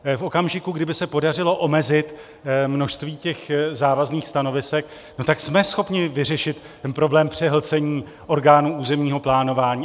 V okamžiku, kdy by se podařilo omezit množství těch závazných stanovisek, tak jsme schopni vyřešit problém přehlcení orgánů územního plánování.